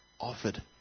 offered